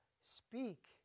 speak